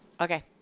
Okay